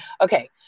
Okay